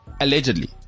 allegedly